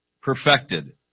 perfected